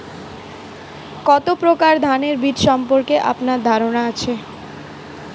কত প্রকার ধানের বীজ সম্পর্কে আপনার ধারণা আছে?